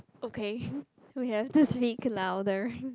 okay we have to speak louder